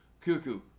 Cuckoo